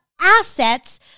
assets